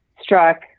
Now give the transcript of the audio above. struck